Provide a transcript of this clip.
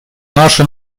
наше